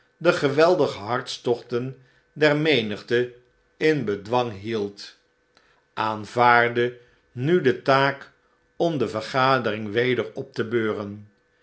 de geweldige hartstochten der menigte in bedwang hield aanvaardde nu de taak om de vergadering weder op te beuren